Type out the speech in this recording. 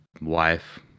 wife